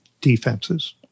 defenses